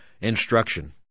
instruction